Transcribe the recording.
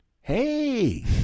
hey